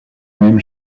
même